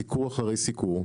סיקור אחרי סיקור.